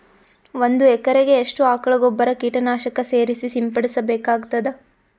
ಒಂದು ಎಕರೆಗೆ ಎಷ್ಟು ಆಕಳ ಗೊಬ್ಬರ ಕೀಟನಾಶಕ ಸೇರಿಸಿ ಸಿಂಪಡಸಬೇಕಾಗತದಾ?